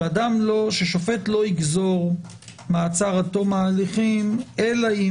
ששופט לא יגזור מעצר עד תום ההליכים אלא אם